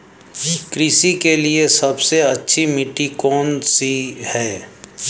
कृषि के लिए सबसे अच्छी मिट्टी कौन सी है?